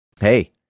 hey